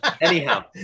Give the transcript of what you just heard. anyhow